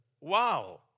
Wow